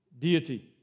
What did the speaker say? Deity